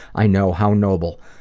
i know, how noble.